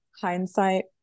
hindsight